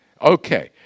Okay